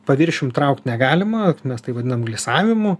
paviršium traukt negalima mes tai vadinam lisavimu